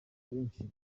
benshi